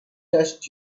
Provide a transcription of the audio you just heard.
touched